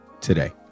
today